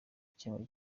gukemura